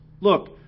Look